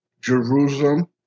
Jerusalem